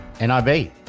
NIB